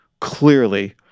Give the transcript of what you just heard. clearly